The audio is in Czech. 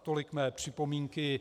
Tolik mé připomínky.